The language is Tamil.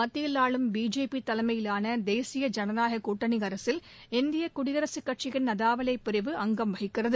மத்தியில் ஆளும் பிஜேபிதலைமையிலானதேசிய ஜனநாயகக் கூட்டணிஅரசில் இந்தியகுடியரசுக் கட்சியின் அதவாலேபிரிவு அங்கம் வகிக்கிறது